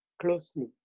closely